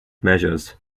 measures